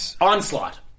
Onslaught